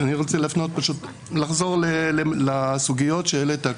כבוד היושב ראש, אני רוצה לחזור לסוגיות שהעלית.